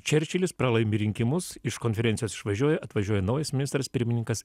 čerčilis pralaimi rinkimus iš konferencijos išvažiuoja atvažiuoja naujas ministras pirmininkas